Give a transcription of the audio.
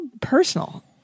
personal